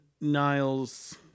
Niles